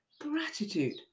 Gratitude